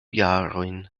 jarojn